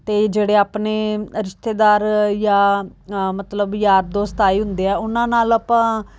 ਅਤੇ ਜਿਹੜੇ ਆਪਣੇ ਰਿਸ਼ਤੇਦਾਰ ਜਾਂ ਮਤਲਬ ਯਾਰ ਦੋਸਤ ਆਏ ਹੁੰਦੇ ਆ ਉਨ੍ਹਾਂ ਨਾਲ ਆਪਾਂ